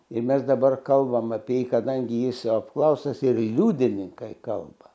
ir mes dabar kalbam apie jį kadangi jis apklaustas ir į liudininkai kalba